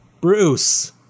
Bruce